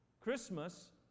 Christmas